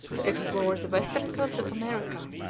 to explore the western coast of america,